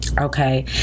Okay